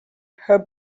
her